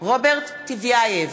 רוברט טיבייב,